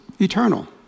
eternal